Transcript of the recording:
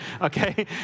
Okay